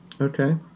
Okay